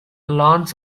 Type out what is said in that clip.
lawns